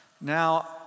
now